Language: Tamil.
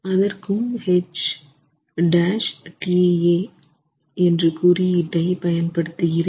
அதற்கும் H'tA என்ற குறியீட்டை பயன் படுத்துகிறேன்